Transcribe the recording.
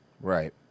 right